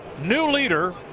new leader,